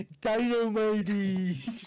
Dino-mighty